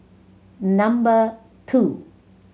number two